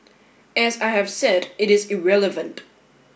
as I have said it is irrelevant